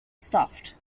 stuffed